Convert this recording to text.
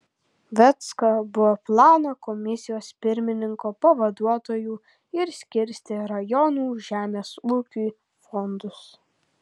vecka buvo plano komisijos pirmininko pavaduotoju ir skirstė rajonų žemės ūkiui fondus